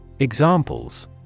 Examples